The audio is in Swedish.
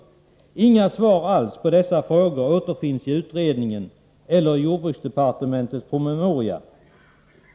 Inga svar alls på dessa frågor återfinns i utredningen eller i jordbruksdepartementets promemoria.